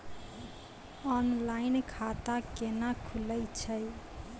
Online खाता केना खुलै छै?